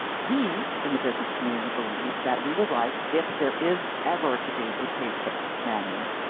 we in the business community believe that we would like, if there is ever to be a paid sick ah mandate,